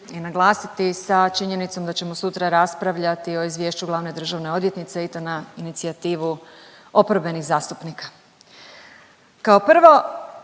i naglasiti sa činjenicom da ćemo sutra raspravljati o Izvješću glavne državne odvjetnice i to na inicijativu oporbenih zastupnika. Kao prvo,